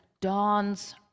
dawn's